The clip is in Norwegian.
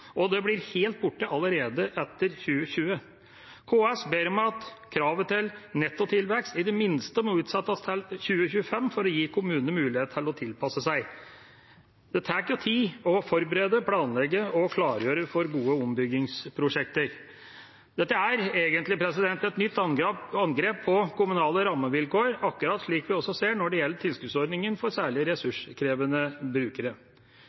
investeringstilskuddsordningen, som blir helt borte etter 2020. KS ber om at kravet til nettotilvekst i det minste må utsettes til 2025 for å gi kommunene mulighet til å tilpasse seg. Det tar jo tid å forberede, planlegge og klargjøre for gode ombyggingsprosjekter. Dette er egentlig et nytt angrep på kommunale rammevilkår, akkurat slik vi ser når det gjelder tilskuddsordningen for særlig ressurskrevende brukere.